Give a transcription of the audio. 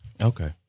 Okay